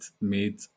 made